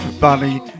bunny